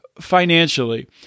financially